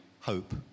hope